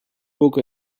book